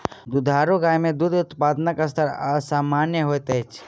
दुधारू गाय मे दूध उत्पादनक स्तर असामन्य होइत अछि